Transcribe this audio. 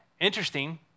Interesting